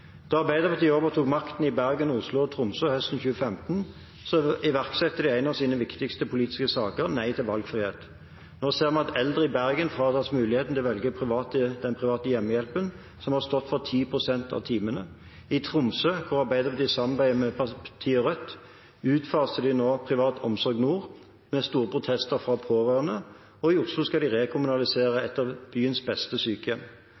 Da Arbeiderpartiet overtok makten i Bergen, Oslo og Tromsø høsten 2015, iverksatte de en av sine viktigste politiske saker – nei til valgfrihet. Nå ser vi at eldre i Bergen fratas muligheten til å velge den private hjemmehjelpen, som har stått for 10 pst. av timene. I Tromsø, hvor Arbeiderpartiet samarbeider med partiet Rødt, utfaser de nå Privat Omsorg Nord – mot store protester fra pårørende. I Oslo skal de rekommunalisere et av byens beste sykehjem.